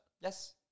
Yes